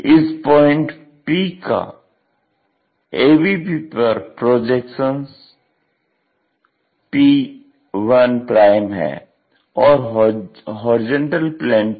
इस point P का AVP पर प्रोजेक्शन p1 है और HP पर प्रोजेक्शन p है